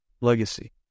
legacy